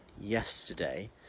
yesterday